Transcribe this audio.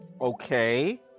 Okay